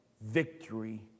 victory